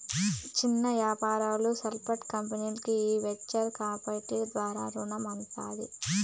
చిన్న యాపారాలు, స్పాల్ కంపెనీల్కి ఈ వెంచర్ కాపిటల్ ద్వారా రునం అందుతాది